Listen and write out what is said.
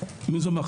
אם זה מנהל בית ספר,